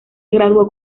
graduó